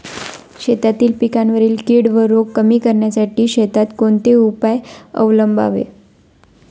शेतातील पिकांवरील कीड व रोग कमी करण्यासाठी शेतात कोणते उपाय अवलंबावे?